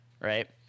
right